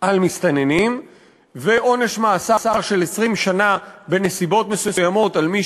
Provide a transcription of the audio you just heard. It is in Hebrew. על מסתננים ועונש מאסר של 20 שנה בנסיבות מסוימות על מי